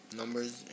numbers